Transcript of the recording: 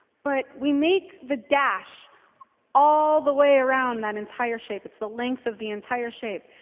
but we make the dash all the way around that entire shape. it's the length of the entire shape.